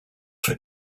for